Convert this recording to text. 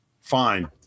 Fine